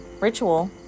Ritual